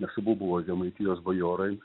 nes abu buvo žemaitijos bajorai